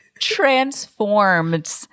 transformed